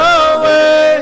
away